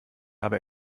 habe